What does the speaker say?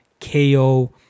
KO